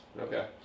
okay